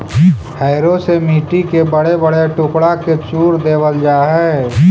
harrow से मट्टी के बड़े बड़े टुकड़ा के चूर देवल जा हई